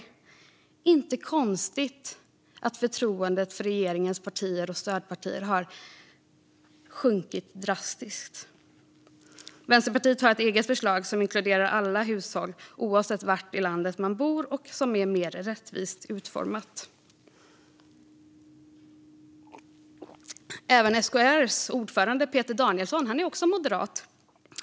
Det är inte konstigt att förtroendet för regeringens partier och stödpartier har sjunkit drastiskt. Vänsterpartiet har ett eget förslag som inkluderar alla hushåll oavsett var i landet man bor och som är mer rättvist utformat. Även SKR:s ordförande Peter Danielsson är moderat.